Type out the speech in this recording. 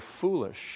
foolish